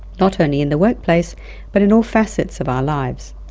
not only in the workplace but in all facets of our lives.